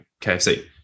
KFC